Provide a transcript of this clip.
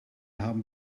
haben